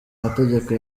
mategeko